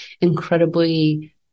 incredibly